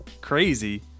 crazy